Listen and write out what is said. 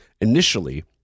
initially